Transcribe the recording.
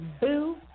Boo